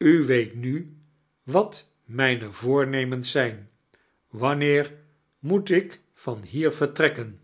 u weet nu wat mijne voornemens zijn wanneer moet ik van hier vertrekken